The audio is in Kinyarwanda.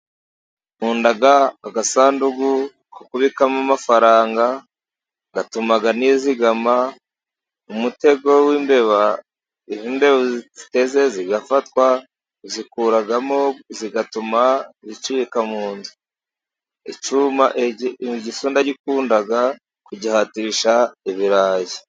Nkunda agasanduku ko kubikamo amafaranga, gatuma nizigama, umutego w'imbeba, iyo imbeba uziteze zigafatwa, uzikuramo, zigatuma zicika mu nzu. Igisu ndagikunda, kugihatisha ibirayi.